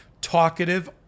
talkative